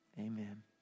Amen